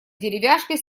деревяшкой